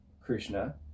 Krishna